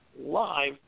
live